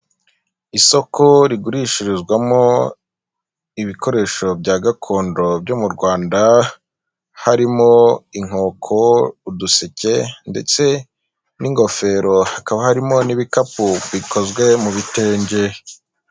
Isoko rigurishirizwamo ibikoresho bya gakondo byo mu Rwanda, harimo inkoko, uduseke ndetse n'ingofero, hakaba harimo n'ibikapu bikozwe mu bitenge.